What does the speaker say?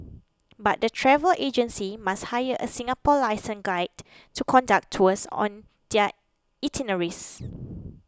but the travel agencies must hire a Singapore licensed guide to conduct tours on their itineraries